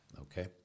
Okay